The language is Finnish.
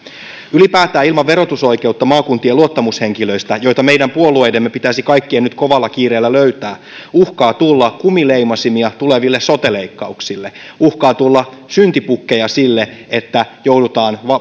ylipäätään ilman verotusoikeutta maakuntien luottamushenkilöistä joita meidän puolueiden pitäisi kaikkien nyt kovalla kiireellä löytää uhkaa tulla kumileimasimia tuleville sote leikkauksille uhkaa tulla syntipukkeja sille että joudutaan